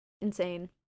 Insane